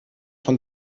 von